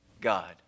God